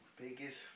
Biggest